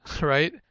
right